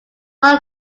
one